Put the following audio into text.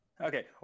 Okay